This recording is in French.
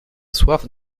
soif